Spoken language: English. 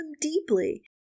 deeply